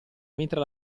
mentre